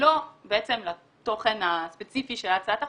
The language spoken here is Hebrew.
לא בתוכן הספציפי של הצעת החוק,